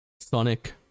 Sonic